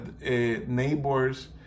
neighbors